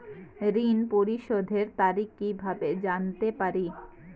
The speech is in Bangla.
ঋণ পরিশোধের তারিখ কিভাবে জানতে পারি?